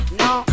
no